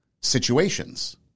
situations